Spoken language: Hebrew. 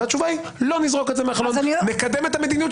והתשובה היא שלא נזרוק את זה מהחלון.